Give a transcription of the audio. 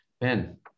Ben